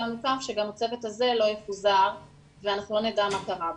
לידנו שגם הצוות הזה לא יפוזר ואנחנו לא נדע מה קרה בו.